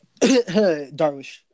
darwish